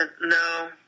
No